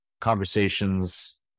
conversations